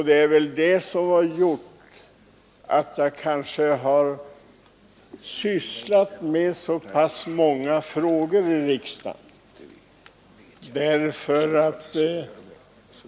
Det är väl det som har gjort att jag har sysslat med så pass många frågor i riksdagen.